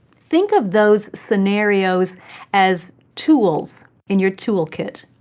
think of those scenarios as tools in your toolkit.